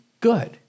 good